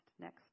next